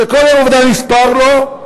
שכל יום עבודה נספר לו.